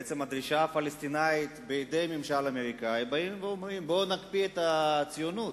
הדרישה הפלסטינית בידי ממשל אמריקני באה ואומרת: בואו נקפיא את הציונות,